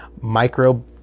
micro